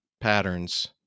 patterns